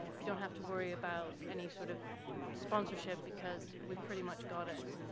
you don't have to worry about any sort of sponsorship because we've pretty much got it.